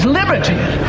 liberty